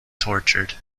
tortured